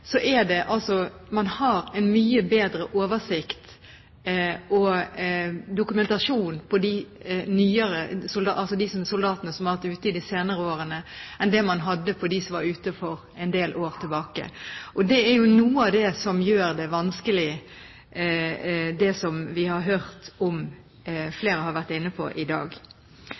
de soldatene som har vært ute de senere årene, enn det man hadde når det gjelder dem som var ute for en del år tilbake. Og det er noe av det som gjør det vanskelig, som vi har hørt flere har vært inne på i dag.